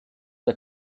der